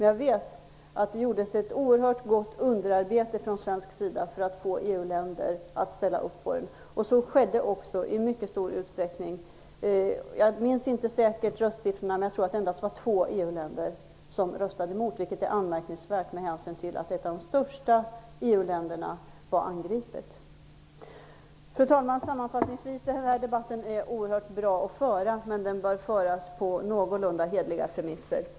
Jag vet att det gjordes ett oerhört gott underarbete från svensk sida för att få EU-länder att ställa upp på detta. Så skedde också i mycket stor utsträckning. Jag minns inte röstsiffrorna säkert, men jag tror att det endast var två EU-länder som röstade emot. Det är anmärkningsvärt med hänsyn till att ett av de största EU-länderna angreps. Fru talman! Det är oerhört bra att vi för denna debatt, men den bör föras på någorlunda hederliga premisser.